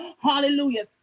hallelujah